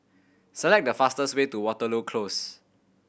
select the fastest way to Waterloo Close